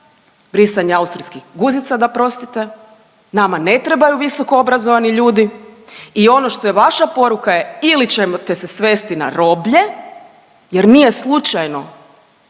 brisanja austrijskih guzica da prostite, nama ne trebaju visoko obrazovani ljudi i ono što je vaša poruke ili ćete se svesti na roblje jer nije slučajno